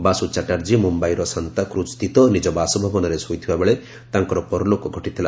ବାସୁ ଚାଟାର୍ଜୀ ମୁମ୍ୟାଇର ଶାନ୍ତାକ୍ରଜ୍ ସ୍ଥିତ ନିଜ ବାସଭବନରେ ଶୋଇଥିବା ବେଳେ ତାଙ୍କର ପରଲୋକ ଘଟିଥିଲା